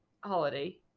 holiday